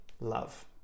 love